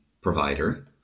provider